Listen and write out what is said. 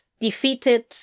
defeated